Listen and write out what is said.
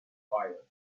fire